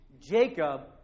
Jacob